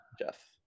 Jeff